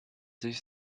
sich